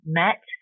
met